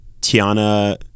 Tiana